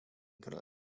kunnen